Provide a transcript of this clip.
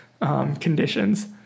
conditions